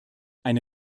eine